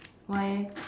why eh